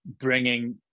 bringing